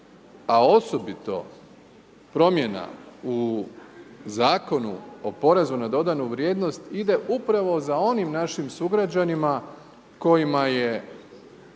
a osobito promjena u Zakonu o porezu na dodanu vrijednost ide upravo za onim našim sugrađanima kojima je